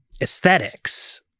aesthetics